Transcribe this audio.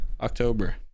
October